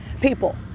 People